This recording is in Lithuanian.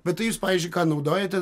bet tai jūs pavyzdžiui ką naudojate